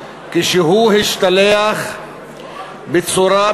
כשהוא השתלח בצורה,